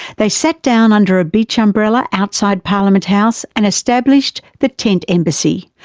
they sat down under a beach umbrella outside parliament house and established the tent embassy.